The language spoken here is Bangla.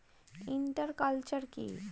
ইন্টার কালচার কি?